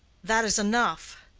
that is enough.